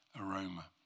aroma